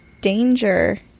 danger